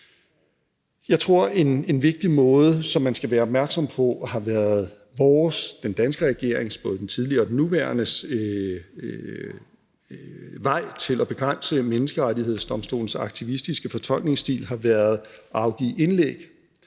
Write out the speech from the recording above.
Jeg tror, at en vigtig måde, som man skal være opmærksom på, har været vores, altså den danske regering, både den tidligere og den nuværende, vej til at begrænse Menneskerettighedsdomstolens aktivistiske fortolkningsstil ved at afgive indlæg